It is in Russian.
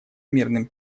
мирным